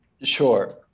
Sure